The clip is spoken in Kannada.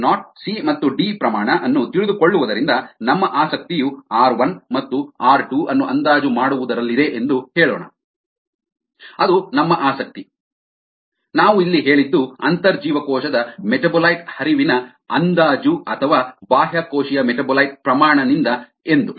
ಎಸ್ ನಾಟ್ ಸಿ ಮತ್ತು ಡಿ ಪ್ರಮಾಣ ಅನ್ನು ತಿಳಿದುಕೊಳ್ಳುವುದರಿಂದ ನಮ್ಮ ಆಸಕ್ತಿಯು ಆರ್ 1 ಮತ್ತು ಆರ್ 2 ಅನ್ನು ಅಂದಾಜು ಮಾಡುವುದರಲ್ಲಿದೆ ಎಂದು ಹೇಳೋಣ ಅದು ನಮ್ಮ ಆಸಕ್ತಿ ನಾವು ಇಲ್ಲಿ ಹೇಳಿದ್ದು ಅಂತರ್ಜೀವಕೋಶದ ಮೆಟಾಬೊಲೈಟ್ ಹರಿವಿನ ಅಂದಾಜು ಅಥವಾ ಬಾಹ್ಯಕೋಶೀಯ ಮೆಟಾಬೊಲೈಟ್ ಪ್ರಮಾಣ ನಿಂದ ಎಂದು